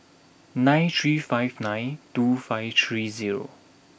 nine three five nine two five three zero